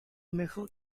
mejor